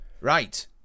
Right